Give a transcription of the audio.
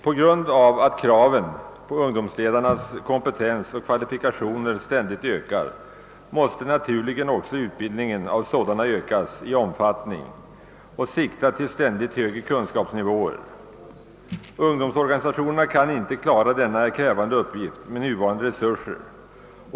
På grund av att kraven på ungdomsledarnas kompetens och kvalifikationer ständigt ökar måste naturligen också utbildningen av ungdomsledare ökas i omfattning, och utbildningen måste även sikta till ständigt högre kunskapsnivåer. Ungdomsorganisationerna kan inte klara denna krävande uppgift med nuvarande resurser.